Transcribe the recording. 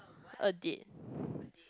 hurt it